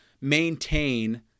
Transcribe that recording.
maintain